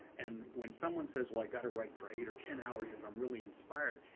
and when someone says, well, i've got to write for eight or ten hours if i'm really inspired,